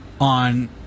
on